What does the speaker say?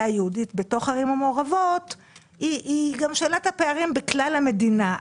הערבית בתוך הערים המעורבות היא שאלת הפערים גם בכלל המדינה.